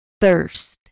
thirst